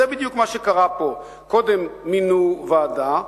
זה בדיוק מה שקרה פה: קודם מינו ועדה,